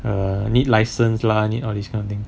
err need license lah need all these kind of thing